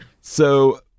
So-